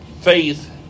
faith